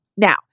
Now